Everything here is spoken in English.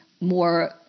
more